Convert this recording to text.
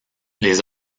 les